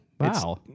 wow